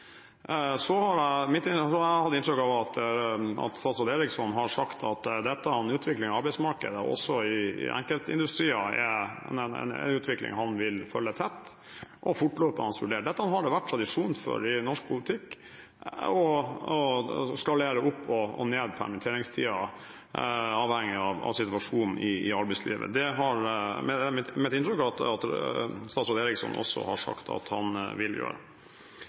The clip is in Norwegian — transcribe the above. Jeg har inntrykk av at statsråd Eriksson har sagt at utviklingen av arbeidsmarkedet også i enkeltindustrier er en utvikling han vil følge tett og fortløpende vurdere. Det har vært tradisjon for i norsk politikk å skalere opp og ned permitteringstiden avhengig av situasjonen i arbeidslivet. Det er mitt inntrykk at statsråd Eriksson også har sagt at han vil gjøre det.